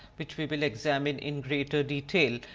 which we will examine in greater detail.